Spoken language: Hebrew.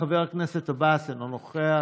חבר הכנסת עבאס, אינו נוכח,